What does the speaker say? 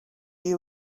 you